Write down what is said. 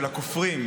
של הכופרים.